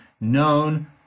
known